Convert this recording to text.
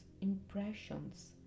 impressions